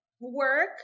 work